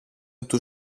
του